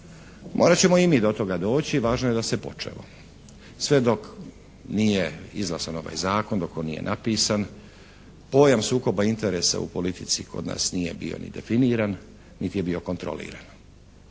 Morat ćemo i mi do toga doći, važno je da se počelo. Sve dok nije izlagasan ovaj Zakona, dok on nije napisan pojam sukoba interesa u politici kod nas nije bio ni definiran niti je bio kontroliran.